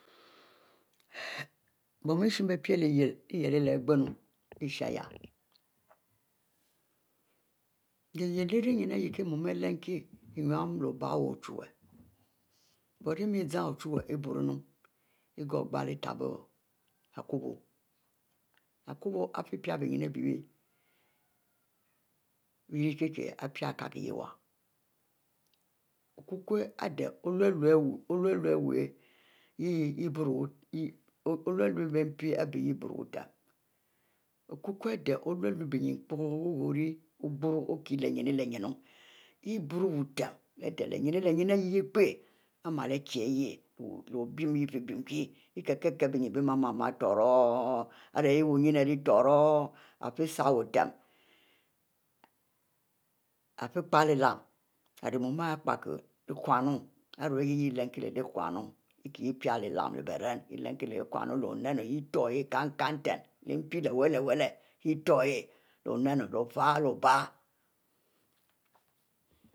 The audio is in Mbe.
Bom ishieh bie pie lyieh leh yalu i'ginnu, lyishieh lyieh leh ari ninne ari yeh kie muie ari lemkie but i mie zan ochuwue i boro nuie pgohgle itub o akobo. akobo ifieh pie benyie ari bie ari pie hieh pie ari kiekieh ihieh okukwuo ade oluelu lay iboro uutem okukwu ade oluelu brnyin epo ley ihieh burro butem leh ade leh nyinu nyinu ihieh ley pie ari male ari kie hayie leh obinn yeh ifie binn kie kieh ari kiehe bnyie bie mie-mie tohro ari hay wuninn ari rie tohro, ifie sal wu tem ari fie kileme ari mu pie kie lekunu irue yeh chie ihieh kie epieh leh onine ofie leh obie leh mpi leh wu leh